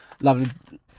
lovely